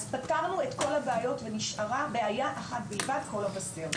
אז פתרנו את כל הבעיות ונשארה בעיה אחת בלבד "קול המבשר".